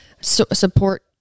support